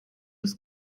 ist